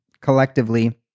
collectively